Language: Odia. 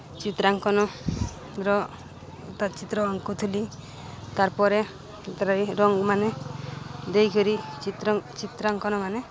ଚିତ୍ରାଙ୍କନର ତାର୍ ଚିତ୍ର ଅଙ୍କୁଥିଲି ତାର୍ପରେ ରଙ୍ଗ୍ମାନେ ଦେଇକରି ଚିତ୍ର ଚିତ୍ରାଙ୍କନମାନେ